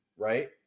right